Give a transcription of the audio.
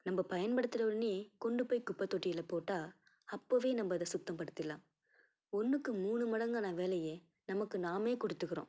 நம்ம பயன்படுத்துன ஒடனே கொண்டுப்போய் குப்பத்தொட்டியில போட்டால் அப்போவே நம்ம அதை சுத்தப்படுத்திடலாம் ஒன்றுக்கு மூணு மடங்கான வேலையை நமக்கு நாமே கொடுத்துக்குறோம்